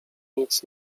nic